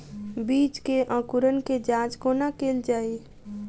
बीज केँ अंकुरण केँ जाँच कोना केल जाइ?